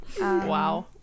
Wow